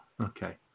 okay